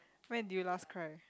when did you last cry